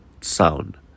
sound